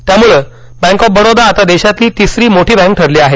त्याम्ळे bank of Baroda आता देशातली तिसरी मोठी बँक ठरली आहे